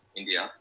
india